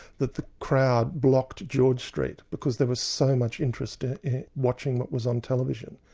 that the crowd blocked george street, because there was so much interest in watching what was on television.